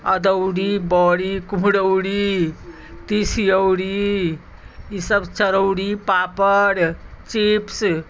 अदौरी बड़ी कुम्हरौरी तिसियौरी ईसभ चरौरी पापड़ चिप्स